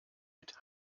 mit